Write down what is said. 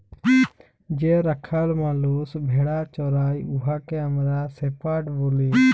যে রাখাল মালুস ভেড়া চরাই উয়াকে আমরা শেপাড় ব্যলি